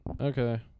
Okay